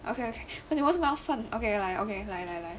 okay 你为什么要算 okay 来 okay 来来来